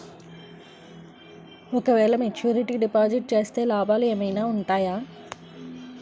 ఓ క వేల maturity deposit చేస్తే లాభాలు ఏమైనా ఉంటాయా?